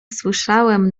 słyszałem